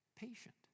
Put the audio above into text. patient